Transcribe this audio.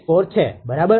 964 છે બરાબર